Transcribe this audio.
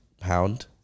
pound